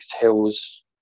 Hill's